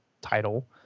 title